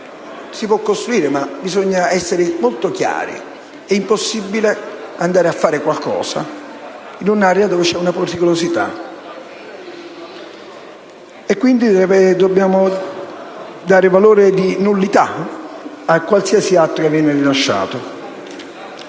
si potrà costruire. Bisogna però essere molto chiari: è impossibile costruire qualcosa in un'area dove sussiste una pericolosità. Quindi, dobbiamo dare valore di nullità a qualsiasi atto che viene rilasciato.